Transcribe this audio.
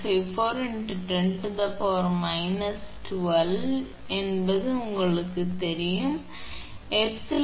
854 × 10−12 எஃப்மீ என்பது உங்களுக்குத் தெரியும் 𝜖𝑟 3